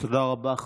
תודה רבה.